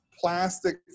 plastic